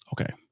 Okay